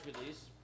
release